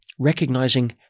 recognizing